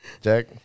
Jack